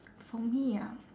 for me ah